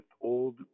old